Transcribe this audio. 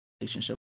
relationship